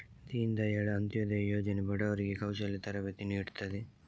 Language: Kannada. ದೀನ್ ದಯಾಳ್ ಅಂತ್ಯೋದಯ ಯೋಜನೆ ಬಡವರಿಗೆ ಕೌಶಲ್ಯ ತರಬೇತಿ ನೀಡ್ತದೆ